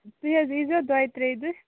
تُہۍ حظ یی زٮیوٚ دۅیہِ ترٛےٚ دۅہۍ